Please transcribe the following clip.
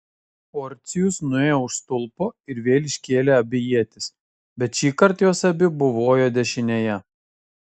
porcijus nuėjo už stulpo ir vėl iškėlė abi ietis bet šįkart jos abi buvojo dešinėje